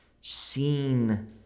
seen